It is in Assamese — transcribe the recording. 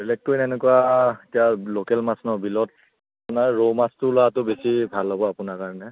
বেলেগটো সেনেকুৱা এতিয়া লোকেল মাছ ন বিলত আপোনাৰ ৰৌ মাছটো লোৱাটো বেছি ভাল হ'ব আপোনাৰ কাৰণে